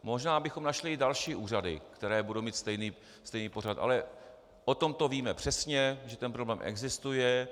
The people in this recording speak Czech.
Možná bychom našli i další úřady, které budou mít stejný pořad, ale o tomto víme přesně, že ten problém existuje.